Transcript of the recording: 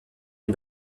est